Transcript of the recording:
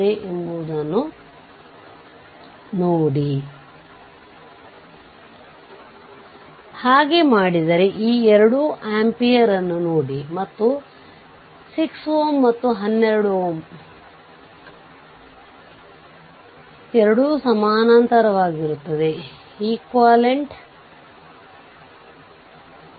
ಆದ್ದರಿಂದ ಈ VThevenin 15 volt ಸಿಕ್ಕಿತು ಮತ್ತು RThevenin4 Ω ಈ 2 ಜೊತೆಗೆ ಈ RL 8 ಸರಣಿಯಲ್ಲಿರುತ್ತದೆ ಅಂದರೆ iL VThevenin RThevenin RLಆಗಿದೆ